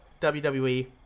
WWE